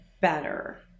better